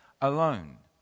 alone